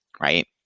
right